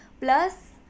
plus